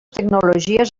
tecnologies